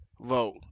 vote